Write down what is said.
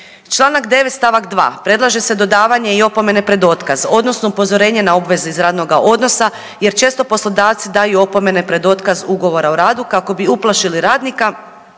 Članak 9. stavak 2. predlaže se dodavanje i opomene pred otkaz odnosno upozorenje na obvezu iz radnoga odnosa jer često poslodavci daju opomene pred otkaz ugovora o radu kako bi uplašili radnika